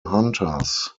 hunters